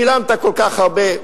שילמת כל כך הרבה.